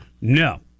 no